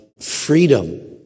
freedom